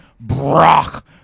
Brock